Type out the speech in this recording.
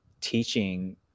teaching